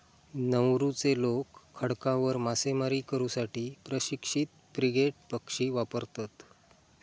नौरूचे लोक खडकांवर मासेमारी करू साठी प्रशिक्षित फ्रिगेट पक्षी वापरतत